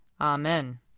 Amen